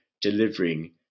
delivering